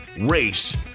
race